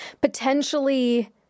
potentially